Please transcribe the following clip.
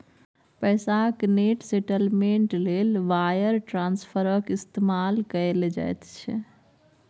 पैसाक net settlement लेल wire ट्रांस्फरक इस्तेमाल कएल जाइत छै